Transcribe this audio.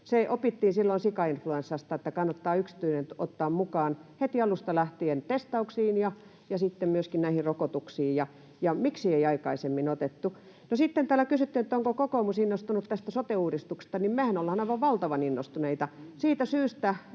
Se opittiin silloin sikainfluenssasta, että kannattaa yksityinen ottaa mukaan heti alusta lähtien testauksiin ja sitten myöskin näihin rokotuksiin. Miksi ei aikaisemmin otettu? No, sitten täällä kysyttiin, onko kokoomus innostunut tästä sote-uudistuksesta. Mehän ollaan aivan valtavan innostuneita siitä syystä,